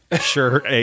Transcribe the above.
sure